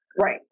Right